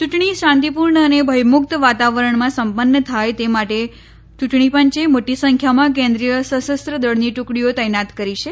ચૂંટણી શાંતિપૂર્ણ અને ભયમુક્ત વાતાવરણમાં સંપન્ન થાય તે માટે યૂંટણી પંચે મોટી સંખ્યામાં કેન્દ્રીય સશસ્ત્ર દળની ટુકડીઓ તૈનાત કરી છે